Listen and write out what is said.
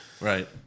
right